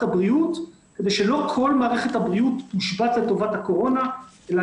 הבריאות כדי שלא כל מערכת הבריאות תוּשבת לטובת הקורונה אלא